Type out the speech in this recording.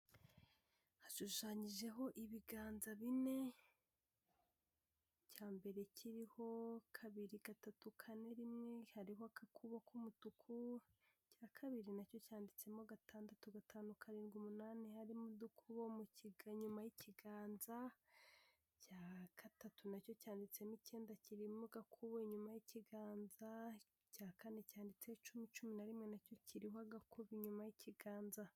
Hashushanyijeho ibiganza bine. Icya mbere kiriho kabiri, gatatu, kane, rimwe, hariho agakuboko k'umutuku. Icya kabiri nacyo cyanditsemo gatandatu, gatanu, karindwi, umunani, harimo udukubo mu kiga, inyuma y'ikiganza. Icya gatatu nacyo cyanditsemo icyenda kirimo agakubo inyuma y'ikiganza. Icya kane cyanditsemo icumi, cumi na rimwe, nacyo kiriho agakubo inyuma y'ikiganza.